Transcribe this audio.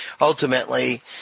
ultimately